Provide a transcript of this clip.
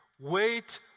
wait